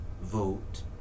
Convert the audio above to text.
vote